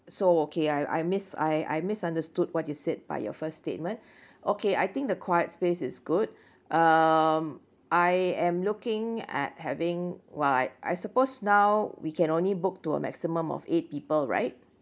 so okay I I mis~ I I misunderstood what you said by your first statement okay I think the quiet space is good um I am looking at having while I I suppose now we can only book to a maximum of eight people right